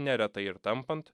neretai ir tampant